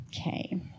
Okay